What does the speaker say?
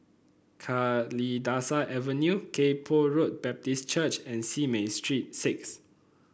Kalidasa Avenue Kay Poh Road Baptist Church and Simei Street Six